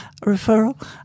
referral